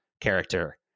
character